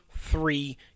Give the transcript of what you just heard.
three